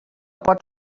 pot